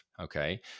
okay